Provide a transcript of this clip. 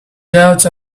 doubts